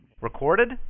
Recorded